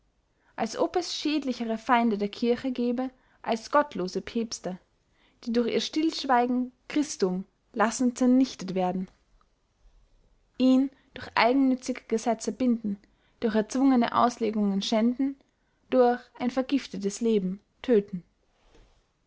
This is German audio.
als ob es schädlichere feinde der kirche gebe als gottlose päbste die durch ihr stillschweigen christum lassen zernichtet werden ihn durch eigennützige gesetze binden durch erzwungene auslegungen schänden durch ein vergiftendes leben tödten